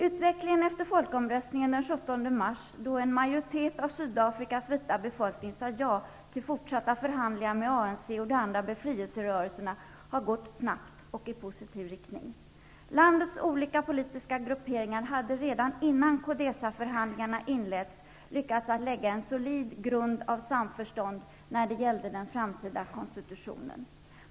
Utvecklingen efter folkomröstningen den 17 mars, då en majoritet av Sydafrikas vita befolkning sade ja till fortsatta förhandlingar med ANC och de andra befrielserörelserna, har gått snabbt och i positiv riktning. Landets olika politiska grupperingar hade redan innan Codesaförhandlingarna inletts lyckats lägga en solid grund av samförstånd när det gällde den framtida konstitutionen.